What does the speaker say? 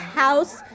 house